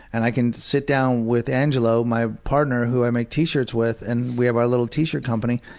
and i can sit down with angelo, my partner who i make t-shirts with, and we have our little t-shirt company,